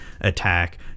attack